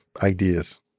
ideas